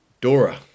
Dora